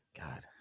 God